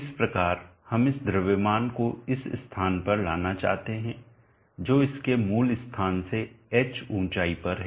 इस प्रकार हम इस द्रव्यमान को इस स्थान पर लाना चाहते हैं जो इसके मूल स्थान से H ऊँचाई पर है